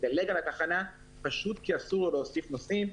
מדלג על התחנה כי אסור לו להוסיף נוסעים.